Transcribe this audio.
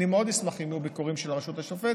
אני מאוד אשמח אם יהיו ביקורים של הרשות השופטת,